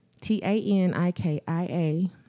T-A-N-I-K-I-A